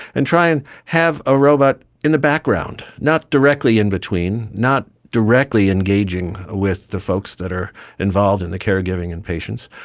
and try and have a robot in the background, not directly in between, not directly engaging ah with the folks that are involved in the caregiving and patients,